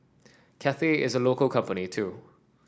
Cathay is a local company too